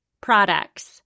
Products